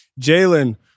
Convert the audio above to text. Jalen